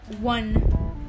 one